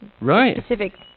Right